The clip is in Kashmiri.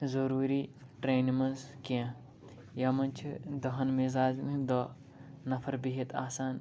ضروٗری ٹرٛینہِ منٛز کیٚنٛہہ یَتھ منٛز چھِ دٔہَن مِزازَن ہٕنٛدۍ دٔہ نفر بِہتھ آسان